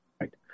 right